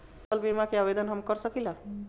फसल बीमा के आवेदन हम कर सकिला?